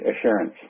assurance